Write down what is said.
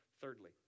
Thirdly